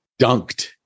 dunked